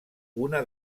una